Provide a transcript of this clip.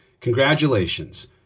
congratulations